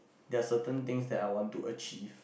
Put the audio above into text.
there are certain things I want to achieve